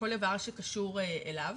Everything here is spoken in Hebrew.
כל דבר שקשור אליו.